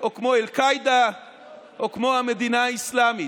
או כמו אל-קאעידה או כמו המדינה האסלאמית?